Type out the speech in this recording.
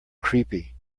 creepy